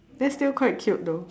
that's still quite cute though